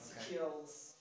skills